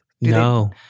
No